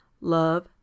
love